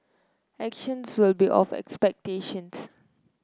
actions will be of expectations